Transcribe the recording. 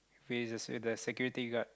with the the security guard